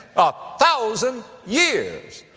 a thousand years.